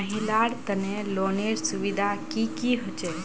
महिलार तने लोनेर सुविधा की की होचे?